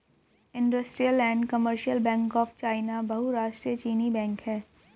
industrial and commercial bank of China बहुराष्ट्रीय चीनी बैंक है